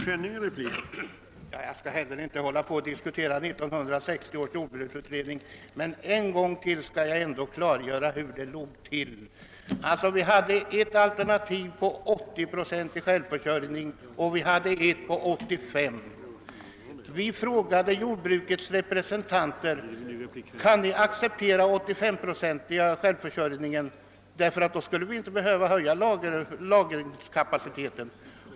Herr talman! Jag skall inte heller hålla på att diskutera 1960 års jordbruksutredning, men än en gång skall jag ändå klargöra hur det låg till. Det framfördes ett alternativ om 80-procentig självförsörjning och ett alternativ om 85-procentig självförsörjning. Vi frågade jordbrukets representanter: Kan ni acceptera en 85-procentig självförsörjning? Då skulle vi inte behöva höja lagringskapaciteten.